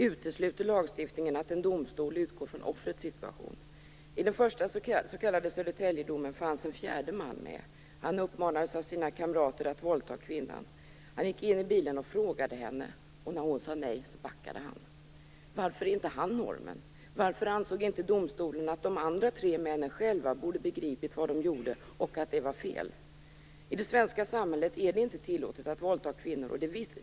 Utesluter lagstiftningen att en domstol utgår från offrets situation? I den första s.k. Södertäljedomen fanns en fjärde man med. Han uppmanades av sina kamrater att våldta kvinnan. Han gick in i bilen och frågade henne, och när hon sade nej så backade han. Varför är inte han normen? Varför ansåg inte domstolen att de tre andra själva borde ha begripit vad de gjorde och att det var fel? I det svenska samhället är det inte tillåtet att våldta kvinnor.